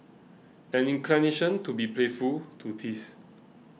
an inclination to be playful to tease